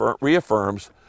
reaffirms